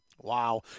Wow